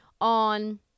on